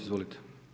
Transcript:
Izvolite.